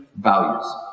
values